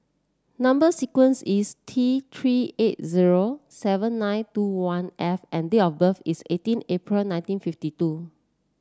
number sequence is T Three eight zero seven nine two one F and date of birth is eighteen April nineteen fifty two